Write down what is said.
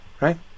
Right